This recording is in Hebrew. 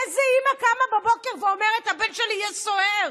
איזו אימא קמה בבוקר ואומרת: הבן שלי יהיה סוהר?